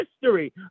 history